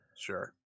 Sure